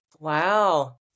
Wow